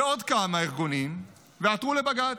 ועוד כמה ארגונים, ועתרו לבג"ץ.